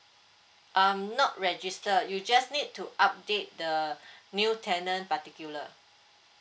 um not register you just need to update the new tenant particular